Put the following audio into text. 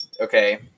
okay